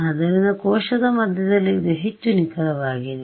ಆದ್ದರಿಂದ ಕೋಶದ ಮಧ್ಯದಲ್ಲಿ ಇದು ಹೆಚ್ಚು ನಿಖರವಾಗಿದೆ